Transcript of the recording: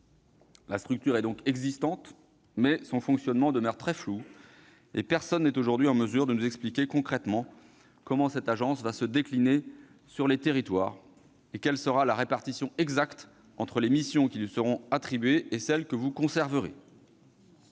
La structure existe donc, mais son fonctionnement demeure très flou, et personne n'est aujourd'hui en mesure de nous expliquer concrètement comment cette agence se déclinera sur les territoires, ni quelle sera la répartition exacte entre les missions qui lui seront attribuées et celles que vous conserverez.